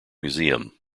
museum